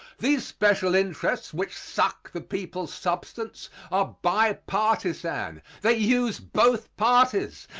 these special interests which suck the people's substance are bi-partisan. they use both parties.